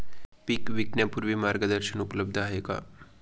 पीक विकण्यापूर्वी मार्गदर्शन उपलब्ध आहे का?